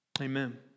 Amen